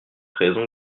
raison